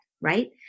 right